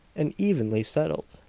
and evenly settled.